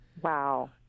Wow